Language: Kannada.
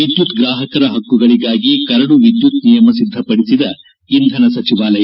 ವಿದ್ಯುತ್ ಗ್ರಾಹಕರ ಹಕ್ಕುಗಳಿಗಾಗಿ ಕರಡು ವಿದ್ಯುತ್ ನಿಯಮ ಸಿದ್ದಪಡಿದ ಇಂಧನ ಸಚಿವಾಲಯ